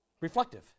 Reflective